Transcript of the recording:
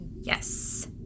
Yes